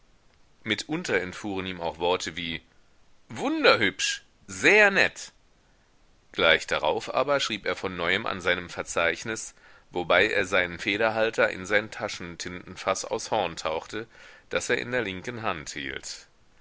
mitunter entfuhren ihm auch worte wie wunderhübsch sehr nett gleich darauf aber schrieb er von neuem an seinem verzeichnis wobei er seinen federhalter in sein taschentintenfaß aus horn tauchte das er in der linken hand hielt